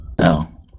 no